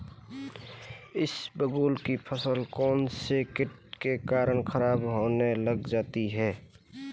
इसबगोल की फसल कौनसे कीट के कारण खराब होने लग जाती है?